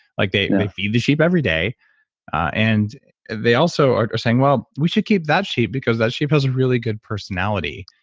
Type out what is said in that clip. like, they and they feed the sheep every day and they also are saying, well, we should keep that sheep because that sheep has really good personality